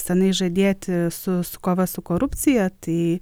seniai žadėti su kova su korupcija tai